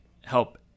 help